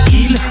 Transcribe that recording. il